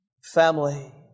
family